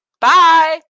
Bye